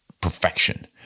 Perfection